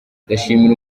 ndashimira